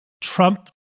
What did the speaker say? Trump